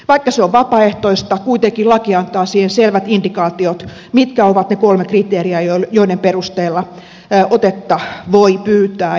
vaikka se on vapaaehtoista kuitenkin laki antaa siihen selvät indikaatiot mitkä ovat ne kolme kriteeriä joiden perusteella otetta voi pyytää